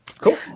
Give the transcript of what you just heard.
Cool